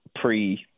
pre